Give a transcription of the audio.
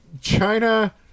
China